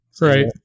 right